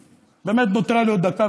באמת נותרה לי עוד דקה,